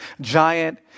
giant